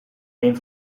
één